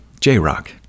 J-Rock